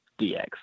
DX